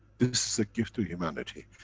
this a gift to humanity.